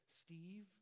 Steve